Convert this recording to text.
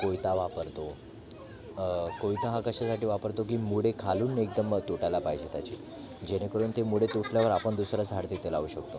कोयता वापरतो कोयता हा कशासाठी वापरतो की मुळे खालून एकदम तुटायला पाहिजे त्याची जेणेकरून ते मुळे तुटल्यावर आपण दुसरा झाड तिथे लावू शकतो